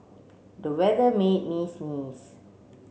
the weather made me sneeze